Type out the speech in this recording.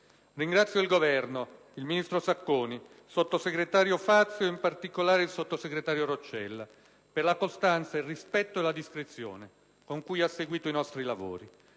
Ringrazio il Governo, il ministro Sacconi, il sottosegretario Fazio e in particolare il sottosegretario Roccella per la costanza, il rispetto e la discrezione con cui ha seguito i nostri lavori.